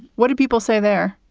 what do people say there?